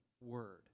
word